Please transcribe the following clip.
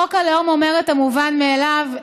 חוק הלאום אומר את המובן מאליו.